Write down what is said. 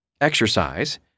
exercise